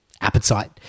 appetite